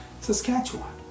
Saskatchewan